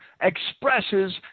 expresses